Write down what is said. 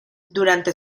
durante